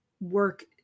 work